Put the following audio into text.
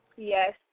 Yes